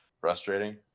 frustrating